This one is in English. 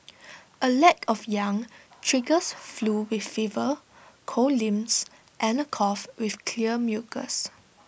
A lack of yang triggers flu with fever cold limbs and A cough with clear mucus